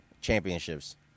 championships